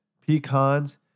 pecans